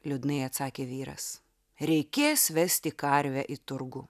liūdnai atsakė vyras reikės vesti karvę į turgų